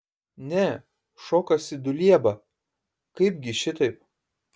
ne šokasi dulieba kaipgi šitaip